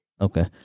okay